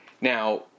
Now